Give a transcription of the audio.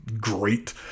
great